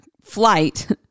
flight